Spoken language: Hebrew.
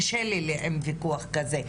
קשה לי עם ויכוח כזה.